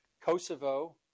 Kosovo